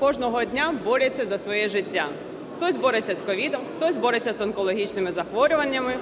кожного дня борються за своє життя. Хтось бореться з COVID, хтось бореться з онкологічними захворюваннями,